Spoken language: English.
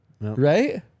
Right